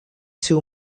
two